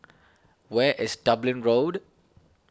where is Dublin Road